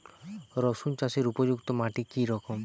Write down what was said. রুসুন চাষের উপযুক্ত মাটি কি রকম?